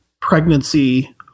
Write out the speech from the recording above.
pregnancy